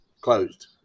closed